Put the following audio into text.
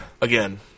again